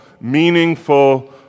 meaningful